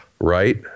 right